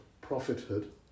prophethood